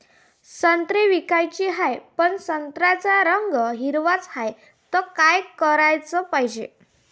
संत्रे विकाचे हाये, पन संत्र्याचा रंग हिरवाच हाये, त का कराच पायजे?